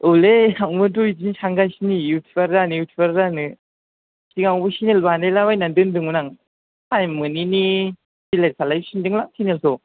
औलै आंबोथ' बिदिनो सानगासिनो इउटुउबार जानो इउटुउबार जानो सिगांआवबो चेनेल बानायलाबायना दोनदोंमोन आं टाइम मोनैनि डिलेट खालायफिनदोंलां चेनेलखौ